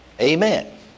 Amen